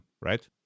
right